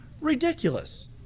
Ridiculous